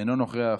אינו נוכח.